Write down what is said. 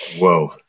Whoa